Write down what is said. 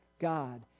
God